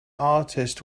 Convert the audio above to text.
artist